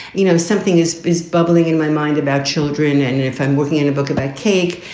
you know, something is is bubbling in my mind about children. and if i'm working in a book about cake,